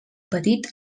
petit